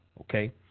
okay